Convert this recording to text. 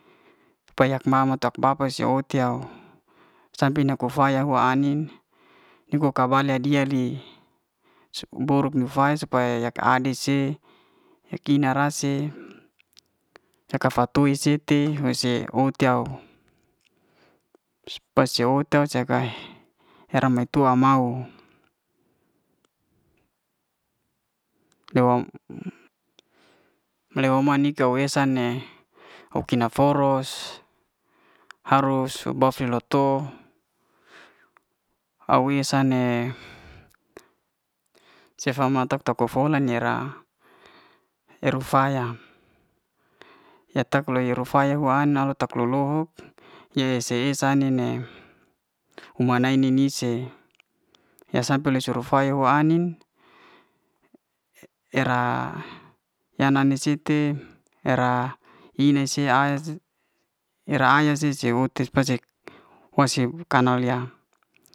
Pa'yak mama tak bapa si o utih'u sampe ni kufaya hua ai'nin e'ko kubaya di'a di si forok ne faya supaya yak adik se ya kina rase yaka'fatoi seti huse uhti'au spasia ota saka he, he'ra maitua am mau le leu ma nika wa esa ne oki na foros harus suba'fila to au'wia sa ne sefa ma tok- tok'foyan ya'ni'ran eru faya ya tak leu'ru faya hu'nal tak lo'loho ya se esa ai'nin ne human nai ni'nise ya sampe ya suru faya hua ai'nin era yani na siti era ina se aya cef. era ayah se yo'ti face wase kanal'lia.